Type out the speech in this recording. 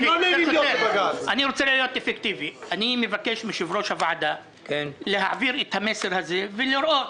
אני מבקש מיושב-ראש הוועדה להעביר את המסר הזה ולראות